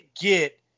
get